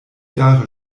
jahre